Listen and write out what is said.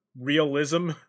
realism